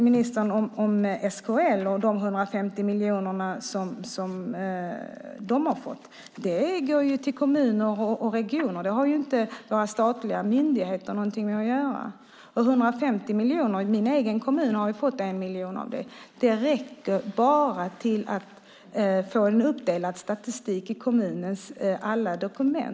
Ministern talar om SKL och de 150 miljoner som det har fått. Det går till kommuner och regioner. Det har inte våra statliga myndigheter någonting med att göra. I min egen hemkommun har vi fått 1 miljon av dessa 150 miljoner. Det räcker bara till att få en uppdelad statistik i kommunens alla dokument.